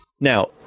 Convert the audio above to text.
Now